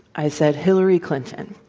i said, hillary clinton,